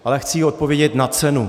Ale chci jí odpovědět na cenu.